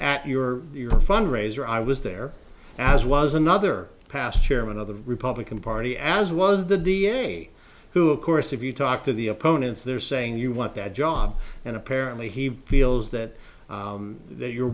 at your your fundraiser i was there as was another past chairman of the republican party as was the d a who of course if you talk to the opponents they're saying you want that job and apparently he feels that